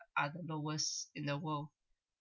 are the lowest in the world